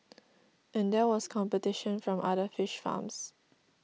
and there was competition from other fish farms